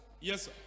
Yes